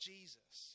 Jesus